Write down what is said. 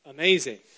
Amazing